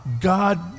God